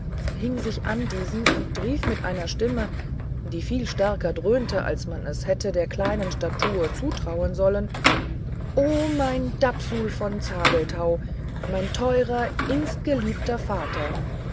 hing sich an diesen und rief mit einer stimme die viel stärker dröhnte als man es hätte der kleinen statur zutrauen sollen o mein dapsul von zabelthau mein teurer innigstgeliebter vater